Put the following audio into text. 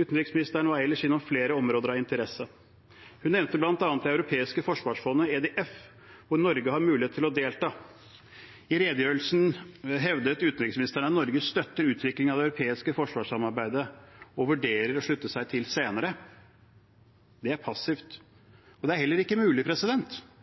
Utenriksministeren var ellers innom flere områder av interesse. Hun nevnte bl.a. det europeiske forsvarsfondet, EDF, hvor Norge har mulighet til å delta. I redegjørelsen hevdet utenriksministeren at Norge støtter utviklingen av det europeiske forsvarssamarbeidet og vurderer å slutte seg til senere. Det er passivt, og det er heller ikke mulig.